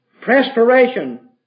perspiration